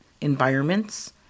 environments